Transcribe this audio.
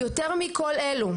יותר מכל אלו,